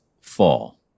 fall